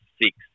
six